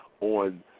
on